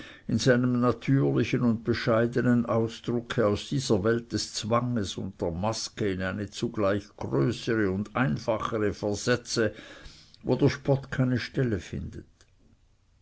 in seinem natürlichen und bescheidenen ausdrucke aus dieser welt des zwanges und der maske uns in eine zugleich größere und einfachere versetze wo der spott keine stelle findet